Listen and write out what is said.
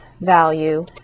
value